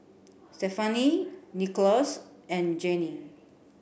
Stefani Nicklaus and Janie